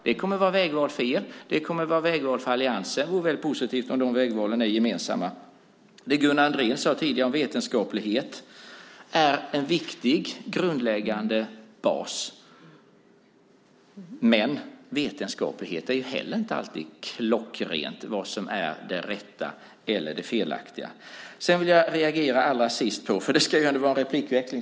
Det kommer att vara vägval för er, och det kommer att vara vägval för alliansen. Det vore positivt om de vägvalen är gemensamma. Det Gunnar Andrén sade tidigare om vetenskaplighet är en viktig grundläggande bas, men det är inte heller alltid klockrent vad som är det rätta eller det felaktiga i vetenskapen. Fru talman! Det ska ju ändå vara en replikväxling.